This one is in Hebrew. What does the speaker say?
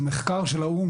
המחקר של האו"ם,